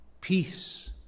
peace